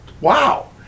Wow